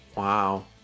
Wow